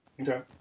okay